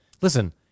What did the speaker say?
Listen